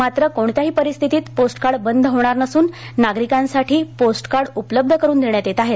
मात्र कोणत्याही परिस्थितीत पोस्टकार्ड बंद होणार नसूननागरिकांसाठी पोस्टकार्ड उपलब्ध करून देण्यात येत आहेत